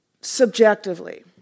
subjectively